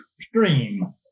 stream